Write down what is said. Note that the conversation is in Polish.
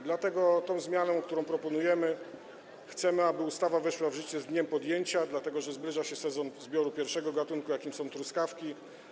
Dlatego w zmianie, którą proponujemy, chcemy, aby ustawa weszła w życie z dniem podjęcia, dlatego że zbliża się sezon zbioru pierwszego gatunku, jakim są truskawki.